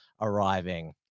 arriving